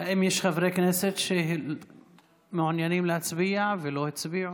האם יש חברי כנסת שמעוניינים להצביע ולא הצביעו?